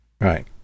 right